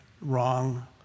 wrong